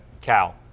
Cal